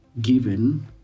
given